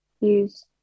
use